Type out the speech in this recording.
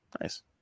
Nice